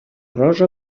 rosa